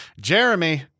Jeremy